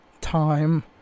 time